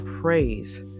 praise